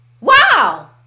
Wow